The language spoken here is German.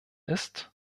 ist